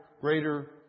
greater